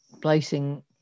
placing